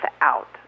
out